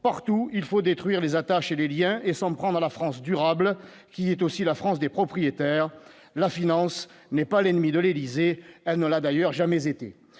partout : il faut détruire les attacher les Liens et s'en prendre à la France, durable, qui est aussi la France des propriétaires, la finance n'est pas l'ennemi de l'Élysée, elle ne l'a d'ailleurs jamais été